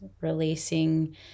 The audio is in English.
releasing